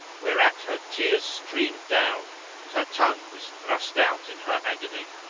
whereat her tears streamed down and her tongue was thrust out in her agony.